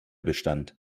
bestand